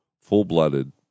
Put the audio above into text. full-blooded